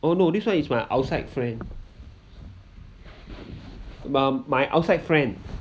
oh no this [one] is my outside friend my my outside friend